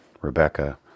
Rebecca